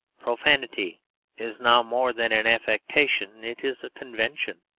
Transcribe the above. profanity is now more than an affectation it is a convention.